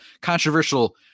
controversial